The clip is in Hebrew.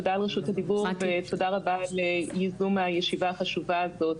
תודה על רשות הדיבור ותודה רבה על ייזום הישיבה החשובה הזאת,